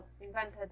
invented